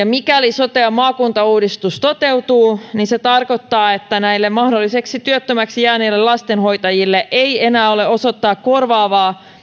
mikäli sote ja maakuntauudistus toteutuu se tarkoittaa että näille mahdollisesti työttömäksi jääneille lastenhoitajille ei enää ole osoittaa korvaavaa